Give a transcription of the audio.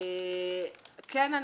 כן,